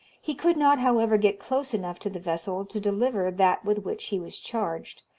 he could not, however, get close enough to the vessel to deliver that with which he was charged,